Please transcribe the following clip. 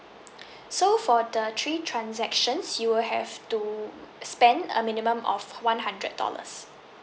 so for the three transactions you will have to spend a minimum of one hundred dollars